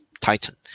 Titan